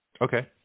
Okay